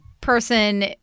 person